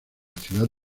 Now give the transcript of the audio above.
ciudad